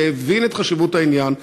שהבין את חשיבות העניין,